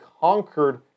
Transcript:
conquered